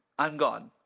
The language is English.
i'm gone.